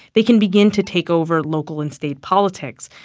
they can begin to take over local and state politics.